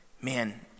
Man